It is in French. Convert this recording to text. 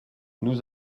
nous